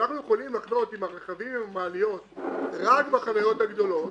ואנחנו יכולים לחנות עם הרכבים עם המעליות רק בחניות הגדולות,